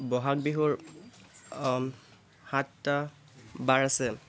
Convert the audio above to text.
বহাগ বিহুৰ সাতটা বাৰ আছে